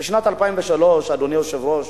אדוני היושב-ראש,